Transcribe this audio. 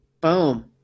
Boom